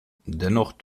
dennoch